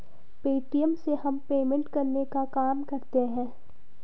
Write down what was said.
Paytm से हम payment करने का काम करते है